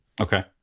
okay